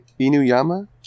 Inuyama